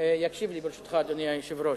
יקשיב לי, ברשותך, אדוני היושב-ראש.